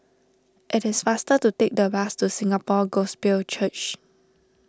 it is faster to take the bus to Singapore Gospel Church